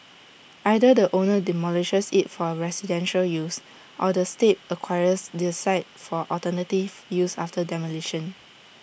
either the owner demolishes IT for residential use or the state acquires the site for alternative use after demolition